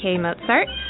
K-Mozart